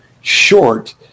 short